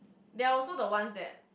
they are also the ones that